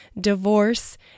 divorce